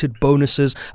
bonuses